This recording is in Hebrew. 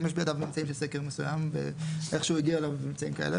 אם יש בידיו ממצאים של סקר מסוים ואיכשהו הגיעו אליו ממצאים כאלה,